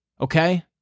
okay